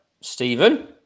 Stephen